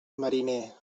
mariner